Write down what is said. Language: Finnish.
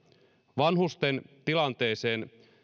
vanhusten tilanteeseen